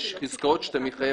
יש עסקאות שאתה מתחייב.